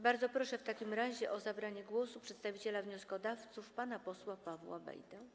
Bardzo proszę w takim razie o zabranie głosu przedstawiciela wnioskodawców pana posła Pawła Bejdę.